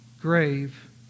grave